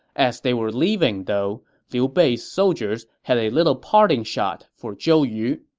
as they were leaving, though, liu bei's soldiers had a little parting shot for zhou yu.